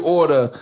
order